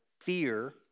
fear